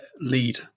lead